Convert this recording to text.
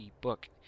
book